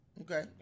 Okay